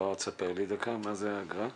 אז בוא תספר לי דקה מה זה האגרה.